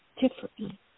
differently